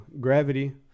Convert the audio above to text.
gravity